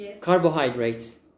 carbohydrates